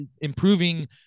improving